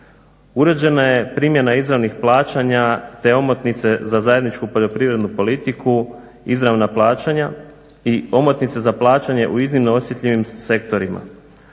Uređena je primjena izravnih plaćanja te omotnice za zajedničku poljoprivrednu politiku izravna plaćanja i omotnice za plaćanje u iznimno osjetljivim sektorima.